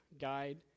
guide